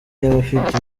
y’abafite